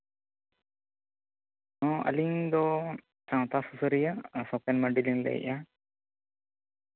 ᱟᱹᱞᱤᱧ ᱫᱚ ᱥᱟᱶᱛᱟ ᱥᱩᱥᱟᱹᱨᱤᱭᱟᱹ ᱥᱳᱥᱮᱱ ᱢᱟᱹᱱᱰᱤ ᱞᱤᱧ ᱞᱟᱹᱭᱮᱜᱼᱟ